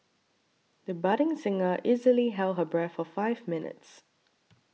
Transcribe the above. the budding singer easily held her breath for five minutes